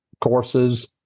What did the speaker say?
courses